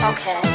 Okay